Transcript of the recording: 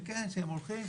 שכן הם הולכים,